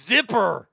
Zipper